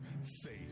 safe